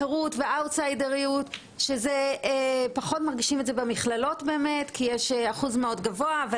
החירות והאאוטסיידריות שפחות מרגישים במכללות כי יש אחוז מאוד גבוהה,